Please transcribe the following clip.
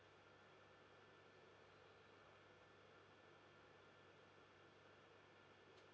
okay